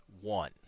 One